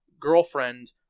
girlfriend